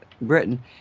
Britain